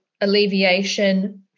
alleviation